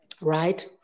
right